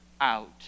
out